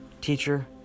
Teacher